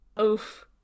Oof